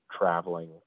traveling